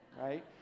right